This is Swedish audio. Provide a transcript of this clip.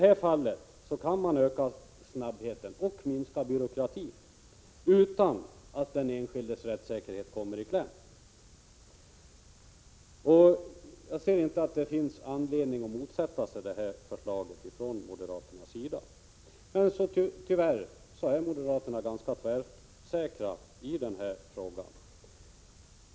Man kan i detta fall öka snabbheten och minska byråkratin utan att den enskildes rättssäkerhet kommer i kläm. Som jag ser det finns det ingen anledning för moderaterna att motsätta sig detta förslag. Moderaterna är tyvärr ganska tvärsäkra i denna fråga.